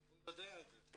הוא יודע את זה.